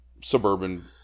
suburban